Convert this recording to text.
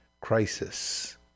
crisis